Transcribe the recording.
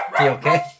okay